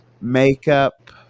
makeup